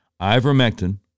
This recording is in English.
ivermectin